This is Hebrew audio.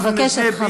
אני מבקשת.